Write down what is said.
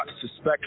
suspect